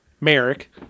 Merrick